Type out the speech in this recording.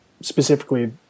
specifically